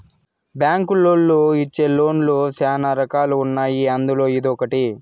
బ్యాంకులోళ్ళు ఇచ్చే లోన్ లు శ్యానా రకాలు ఉన్నాయి అందులో ఇదొకటి